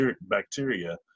bacteria